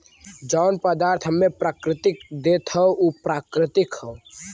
जौन पदार्थ हम्मे प्रकृति देत हौ उ प्राकृतिक हौ